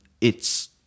It's-